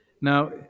Now